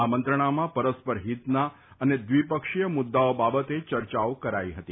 આ મંત્રણામાં પરસ્પર હિતના અને દ્વિપક્ષીય મુદ્દાઓ બાબતે ચર્ચાઓ કરાઇ હતી